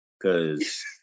Cause